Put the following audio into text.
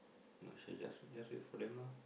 not sure just just wait for them lah